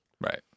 Right